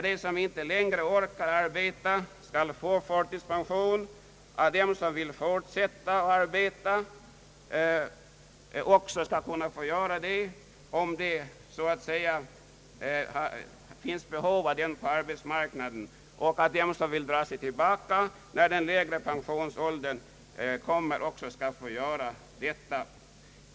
De som inte längre orkar arbeta skall få förtidspension, och de som vill fortsätta att arbeta skall också kunna göra det, om det finns behov av dem på arbetsmarknaden. De som vill dra sig tillbaka när den lägre pensionsåldern kommer skall också få göra det.